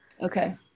Okay